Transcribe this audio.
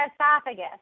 esophagus